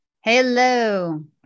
Hello